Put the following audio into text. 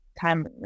time